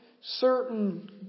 certain